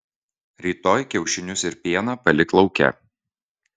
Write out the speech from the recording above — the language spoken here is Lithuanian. rytoj kiaušinius ir pieną palik lauke